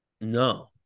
No